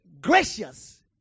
Gracious